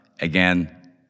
Again